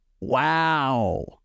Wow